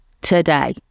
today